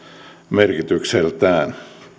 merkitykseltään